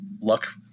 luck